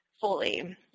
fully